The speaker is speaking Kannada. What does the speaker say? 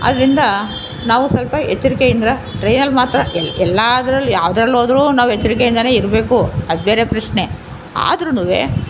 ಅದರಿಂದ ನಾವು ಸ್ವಲ್ಪ ಎಚ್ಚರಿಕೆಯಿಂದ ಟ್ರೈನಲ್ಲಿ ಮಾತ್ರ ಎಲ್ಲಾದ್ರಲ್ಲೂ ಯಾವುದ್ರಲ್ಲೂ ಹೋದರೂ ನಾವು ಎಚ್ಚರಿಕೆಯಿಂದಲೇ ಇರಬೇಕು ಅದು ಬೇರೆ ಪ್ರಶ್ನೆ ಆದ್ರೂನು